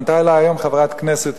פנתה אלי היום חברת כנסת